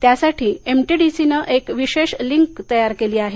त्यासाठी एमटीडीसीनं एक विशेष लिंक तयार केली आहे